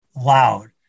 loud